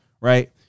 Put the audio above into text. Right